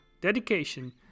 dedication